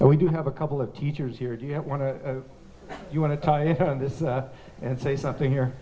and we do have a couple of teachers here do you want to you want to tighten this up and say something here